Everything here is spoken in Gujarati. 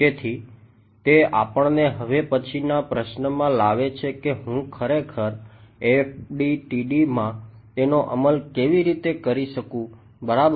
તેથી તે આપણને હવે પછીના પ્રશ્નમાં લાવે છે કે હું ખરેખર FDTD માં તેનો અમલ કેવી રીતે કરી શકું બરાબર